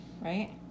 right